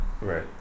Right